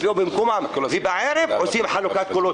מצביעים במקומם כי בערב עושים חלוקת קולות.